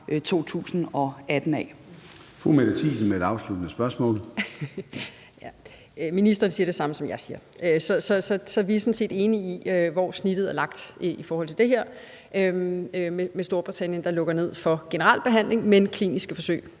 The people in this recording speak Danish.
Gade): Fru Mette Thiesen med et afsluttende spørgsmål. Kl. 13:23 Mette Thiesen (DF): Ministeren siger det samme, som jeg siger. Så vi er sådan set enige om, hvor snittet er lagt i forhold til det her med Storbritannien, der lukker ned for generel behandling, men stadig